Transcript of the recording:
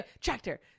tractor